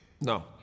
No